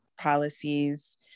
policies